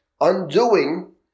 undoing